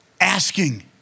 asking